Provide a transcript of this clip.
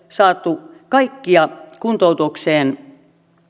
saatu kaikkia kuntoutukseen